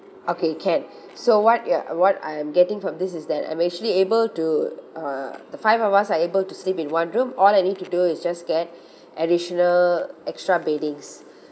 okay can so what your what I'm getting from this is that I'm actually able to uh the five of us are able to sleep in one room all I need to do is just get additional extra beddings